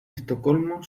estocolmo